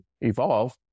evolve